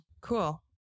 Cool